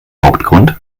hauptgrund